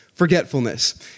forgetfulness